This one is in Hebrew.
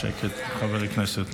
שקט, חברי הכנסת.